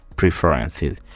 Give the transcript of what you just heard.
Preferences